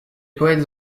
poètes